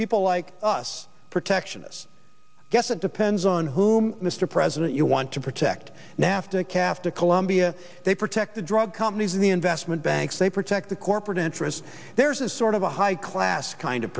people like us protectionists guess it depends on whom mr president you want to protect nafta caf to colombia they protect the drug companies and the investment banks they protect the corporate interests there's a sort of a high class kind of